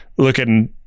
looking